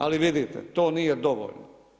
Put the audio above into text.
Ali vidite, to nije dovoljno.